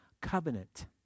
Covenant